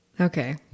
okay